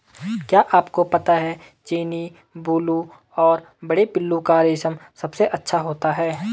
क्या आपको पता है चीनी, बूलू और बड़े पिल्लू का रेशम सबसे अच्छा होता है?